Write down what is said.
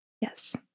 Yes